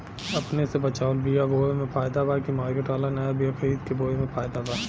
अपने से बचवाल बीया बोये मे फायदा बा की मार्केट वाला नया बीया खरीद के बोये मे फायदा बा?